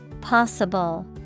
Possible